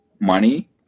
money